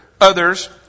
others